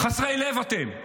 חסרי לב אתם.